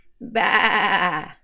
Bah